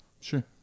Sure